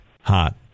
hot